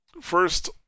First